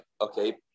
okay